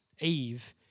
Eve